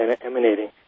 emanating